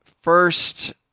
first